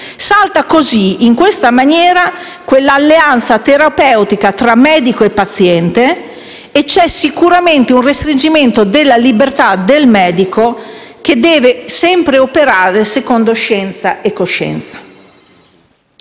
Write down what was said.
Salta in questa maniera quell'alleanza terapeutica tra medico e paziente e c'è sicuramente un restringimento della libertà del medico che deve sempre operare secondo scienza e coscienza.